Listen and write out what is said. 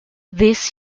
this